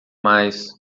mais